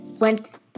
went